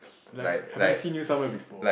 like have I seen you somewhere before